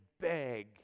beg